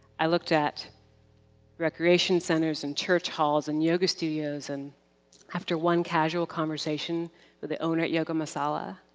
i looked at recreation centers and church halls and yoga studios. and after one casual conversation with the owner at yoga masala,